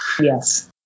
Yes